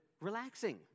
relaxing